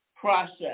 process